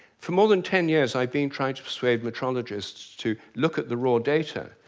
for more than ten years i've been trying to persuade metrologists to look at the raw data.